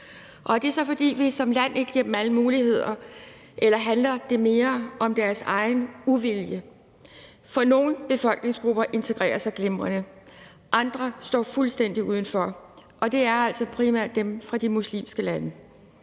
Er det så, fordi vi som land ikke giver dem alle muligheder, eller handler det mere om deres egen uvilje? For nogle befolkningsgrupper integrerer sig glimrende, mens andre står fuldstændig udenfor, og det er altså primært dem fra de muslimske lande.